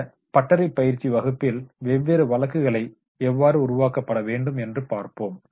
இந்தப் ஒர்க்கஷாப் பயிற்சி வகுப்பில் வெவ்வேறு வழக்குகளை எவ்வாறு உருவாக்கப்பட வேண்டும் என்றும் பார்ப்போம்